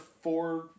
four